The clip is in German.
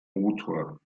motor